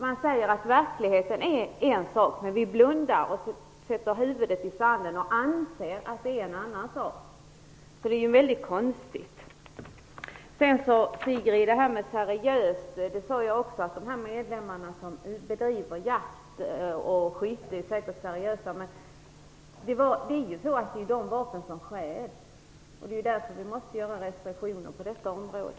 Man säger att verkligheten är på ett sätt, men blundar sedan och stoppar huvudet i sanden och anser att den är på ett annat sätt. Det är väldigt konstigt. Jag sade också, Sigrid Bolkéus, att de medlemmar som bedriver jakt och skytte säkert är seriösa, men det är ju deras vapen som stjäls, och det är därför vi måste ha restriktioner på detta område.